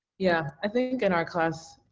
yeah, i think in our class